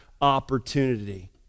opportunity